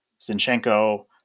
Zinchenko